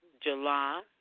July